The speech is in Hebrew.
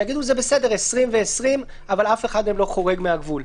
איך יגידו שזה בסדר 20 ו-20 ואף אחד מהם לא חורג מהגבול.